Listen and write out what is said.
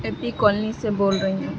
اے P colony سے بول رہی ہوں